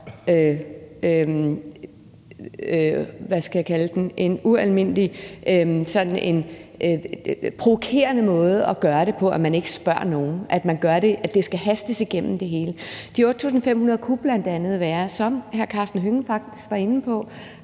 provokerende måde at gøre det på, at man ikke spørger nogen, at det skal hastes igennem det hele. De 8.500 kunne bl.a. være, som hr. Karsten Hønge faktisk var inde på,